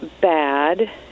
bad